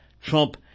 Trump